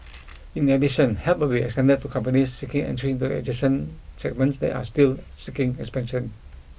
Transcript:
in addition help will be extended to companies seeking entry into adjacent segments that are still seeing expansion